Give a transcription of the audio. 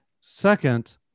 Second